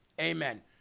Amen